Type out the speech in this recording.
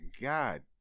god